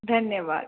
धन्यवाद